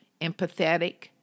empathetic